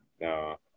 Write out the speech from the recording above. no